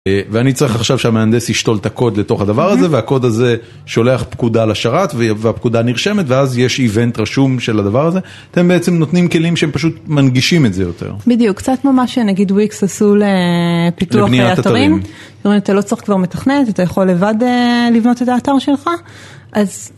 ואני צריך עכשיו שהמהנדס ישתול את הקוד לתוך הדבר הזה והקוד הזה שולח פקודה לשרת והפקודה נרשמת ואז יש איבנט רשום של הדבר הזה אתם בעצם נותנים כלים שהם פשוט מנגישים את זה יותר בדיוק, קצת ממה שנגיד וויקס עשו פיתוח לבניית אתרים זאת אומרת אתה לא צריך כבר מתכננת אתה יכול לבד לבנות את האתר שלך